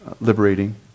liberating